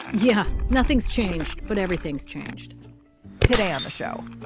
yeah nothing's changed but everything's changed today on the show.